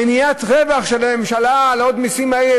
מניעת הרווח של הממשלה מהמסים האלה,